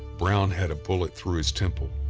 brown had a bullet through his temple,